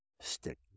Stick